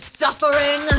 suffering